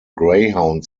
greyhound